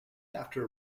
after